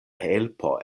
helpo